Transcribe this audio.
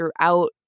throughout